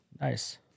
Nice